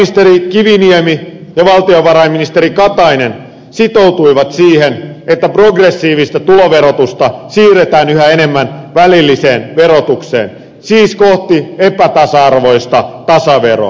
pääministeri kiviniemi ja valtiovarainministeri katainen sitoutuivat siihen että progressiivista tuloverotusta siirretään yhä enemmän välilliseen verotukseen siis kohti epätasa arvoista tasaveroa